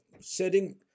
setting